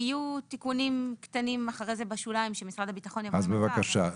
אחר כך יהיו תיקונים קטנים שמשרד הביטחון ירצה.